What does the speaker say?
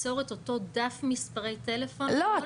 ליצור את אותו דף מספרי טלפון -- לא,